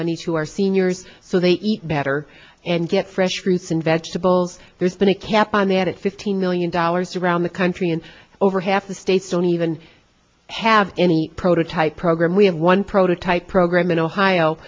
money to our seniors so they eat better and get fresh fruits and vegetables there's been a cap on that at fifteen million dollars around the country and over half the states don't even have any prototype program we have one prototype program in ohio